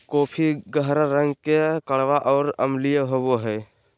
coffee गहरा रंग के कड़वा और अम्लीय होबो हइ